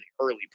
early